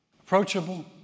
approachable